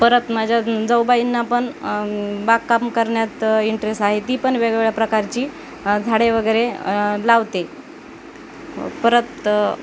परत माझ्या जाऊबाईंना पण बागकाम करण्यात इंटरेस आहे ती पण वेगवेगळ्या प्रकारची झाडे वगैरे लावते परत